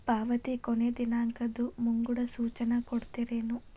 ಪಾವತಿ ಕೊನೆ ದಿನಾಂಕದ್ದು ಮುಂಗಡ ಸೂಚನಾ ಕೊಡ್ತೇರೇನು?